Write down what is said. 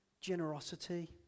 generosity